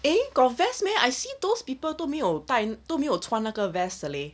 eh got vest meh I see those people 都没有但都没有穿那个 vest 的 leh